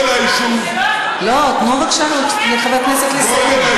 תנו לחבר הכנסת לסיים.